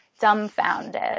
dumbfounded